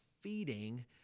feeding